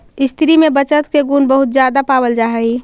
स्त्रि में बचत के गुण बहुत ज्यादा पावल जा हई